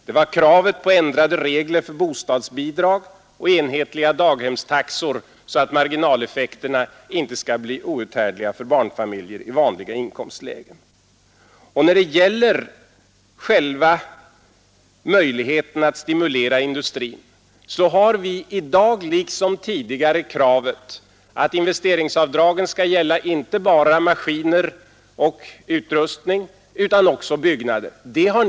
Det var kravet på ändrade regler för bostadsbidrag och enhetliga daghemstaxor, så att marginaleffekterna inte skall bli outhärdliga för barnfamiljer i vanliga inkomstlägen. Beträffande möjligheten att stimulera industrin ställer vi samma krav i dag som tidigare, att investeringsavdraget inte bara skall gälla maskiner och utrustning utan också byggnader.